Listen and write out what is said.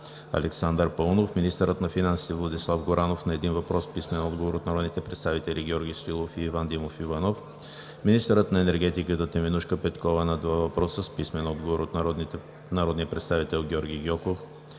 Александър Паунов; - министърът на финансите Владислав Горанов на един въпрос с писмен отговор от народните представители Георги Стоилов и Иван Димов Иванов; - министърът на енергетиката Теменужка Петкова на два въпроса с писмен отговор от народния представител Георги Гьоков;